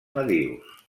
nadius